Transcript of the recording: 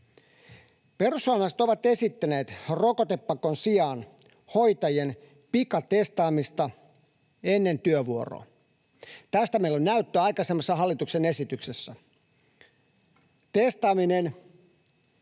Perussuomalaiset ovat esittäneet rokotepakon sijaan hoitajien pikatestaamista ennen työvuoroa. Tästä meillä on näyttöä aikaisemmassa hallituksen esityksessä. Testaaminen